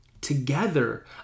together